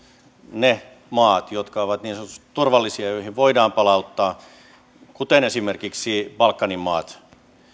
ne maat jotka ovat niin sanotusti turvallisia ja joihin voidaan palauttaa kuten esimerkiksi balkanin maat